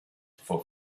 for